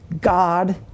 God